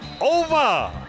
over